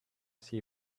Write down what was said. see